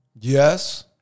Yes